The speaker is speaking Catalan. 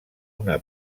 una